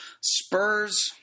Spurs